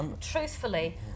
Truthfully